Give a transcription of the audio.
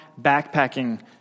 backpacking